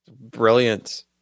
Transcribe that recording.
brilliant